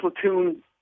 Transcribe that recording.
platoon